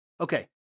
Okay